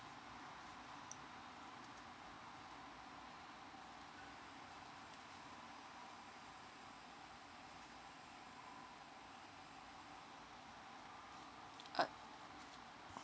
uh